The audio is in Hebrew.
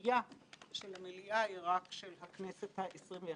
לפיכך לא ניתן לבצע הנחה.